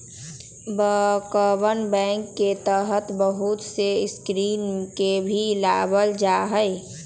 बैंकरवन बैंक के तहत बहुत से स्कीम के भी लावल जाहई